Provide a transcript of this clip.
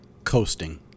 coasting